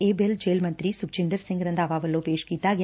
ਇਹ ਬਿੱਲ ਜੇਲ੍ਹ ਮੰਤਰੀ ਸੁਖਜਿੰਦਰ ਸਿੰਘ ਰੰਧਾਵਾ ਵੱਲੋ ਪੇਸ਼ ਕੀਤਾ ਗਿਆ